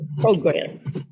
programs